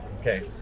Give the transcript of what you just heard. Okay